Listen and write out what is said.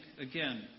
again